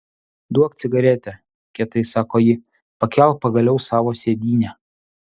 duok cigaretę kietai sako ji pakelk pagaliau savo sėdynę